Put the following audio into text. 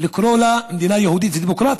לקרוא לה מדינה יהודית ודמוקרטית.